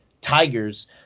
Tigers